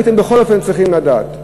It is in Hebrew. הייתם בכל אופן צריכים לדעת.